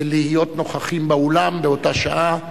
להיות נוכחים באולם באותה שעה,